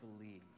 believe